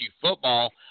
football